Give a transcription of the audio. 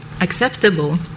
acceptable